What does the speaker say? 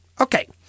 Okay